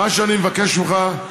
מה שאני מבקש ממך,